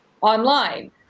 online